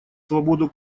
свободу